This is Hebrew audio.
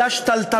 אלא יותר שתלטנות,